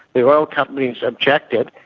the oil companies objected,